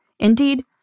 Indeed